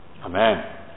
Amen